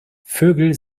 vögel